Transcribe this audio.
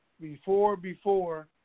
before-before